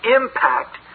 impact